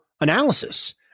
analysis